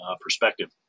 perspective